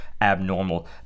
abnormal